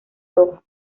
roja